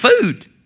food